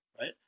right